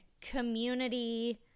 community